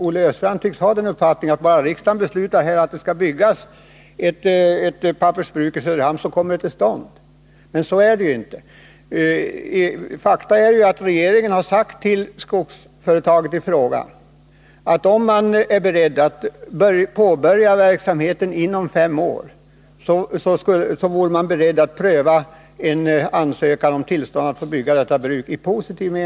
Olle Östrand tycks ha uppfattningen att bara riksdagen beslutar att det skall byggas ett pappersbruk i Söderhamn, så kommer det till stånd. Men på det sättet förhåller det sig ju inte. Faktum är att regeringen har sagt till skogsföretaget i fråga att om företaget är berett att påbörja verksamheten inom fem år, så vore regeringen beredd att i positiv anda pröva en ansökan från företaget om att få bygga detta bruk.